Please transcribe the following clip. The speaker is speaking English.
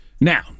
Now